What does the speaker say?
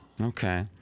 Okay